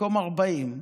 מקום 40,